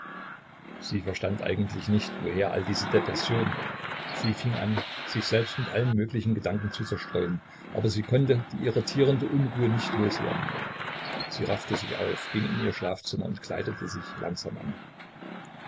sie verstand eigentlich nicht woher alle diese depression sie fing an sich selbst mit allen möglichen gedanken zu zerstreuen aber sie konnte die irritierende unruhe nicht los werden sie raffte sich auf ging in ihr schlafzimmer und kleidete sich langsam an